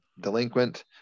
delinquent